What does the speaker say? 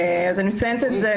אני מציינת את זה.